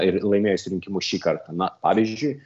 ir laimėjus rinkimus šį kartą na pavyzdžiui